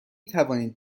توانید